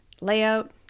layout